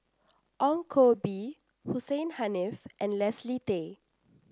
Ong Koh Bee Hussein Haniff and Leslie Tay